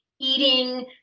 eating